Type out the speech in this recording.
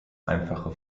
einfache